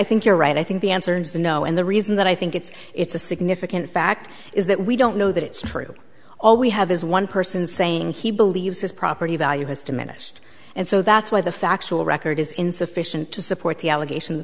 think you're right i think the answer is no and the reason that i think it's it's a significant fact is that we don't know that it's true all we have is one person saying he believes his property value has diminished and so that's why the factual record is insufficient to support the allegation